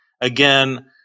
again